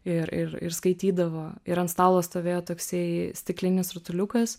ir ir ir skaitydavo ir ant stalo stovėjo toksai stiklinis rutuliukas